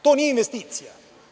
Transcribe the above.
To nije investicija.